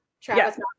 Travis